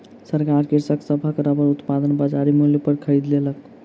सरकार कृषक सभक रबड़ उत्पादन बजार मूल्य पर खरीद लेलक